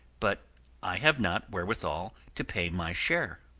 but i have not wherewithal to pay my share.